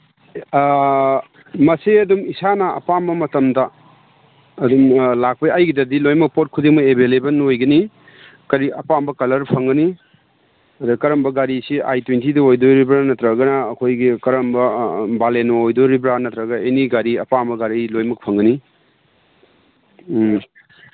ꯃꯁꯦ ꯑꯗꯨꯝ ꯏꯁꯥꯅ ꯑꯄꯥꯝꯕ ꯃꯇꯝꯗ ꯑꯗꯨꯝ ꯂꯥꯛꯄ ꯑꯩꯒꯤꯗꯗꯤ ꯂꯣꯏꯃꯛ ꯄꯣꯠ ꯈꯨꯗꯤꯡꯃꯛ ꯑꯦꯚꯥꯏꯂꯦꯕꯜ ꯀꯔꯤ ꯑꯄꯥꯝꯕ ꯀꯂꯔ ꯐꯪꯒꯅꯤ ꯑꯗ ꯀꯔꯝꯕ ꯒꯥꯔꯤꯗꯤ ꯑꯥꯏ ꯇ꯭ꯋꯦꯟꯇꯤꯗ ꯑꯣꯏꯗꯧꯔꯤꯕ꯭ꯔ ꯅꯠꯇ꯭ꯔꯒꯅ ꯑꯩꯈꯣꯏꯒꯤ ꯀꯔꯝꯕ ꯕꯥꯂꯦꯅꯣ ꯑꯣꯏꯗꯣꯔꯤꯕ꯭ꯔꯥ ꯅꯠꯇ꯭ꯔꯒ ꯑꯦꯅꯤ ꯒꯥꯔꯤ ꯑꯄꯥꯝꯕ ꯒꯥꯔꯤ ꯂꯣꯏꯃꯛ ꯐꯪꯒꯅꯤ ꯎꯝ